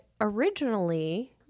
originally